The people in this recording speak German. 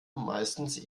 meistens